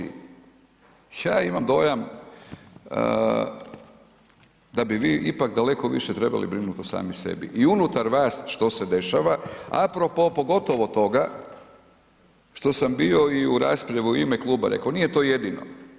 Ja imam dojam da bi vi ipak daleko više trebali brinuti o sami sebi i unutar vas što se dešava, a propos pogotovo toga što sam bio i u raspravi i u ime kluba rekao, nije to jedino.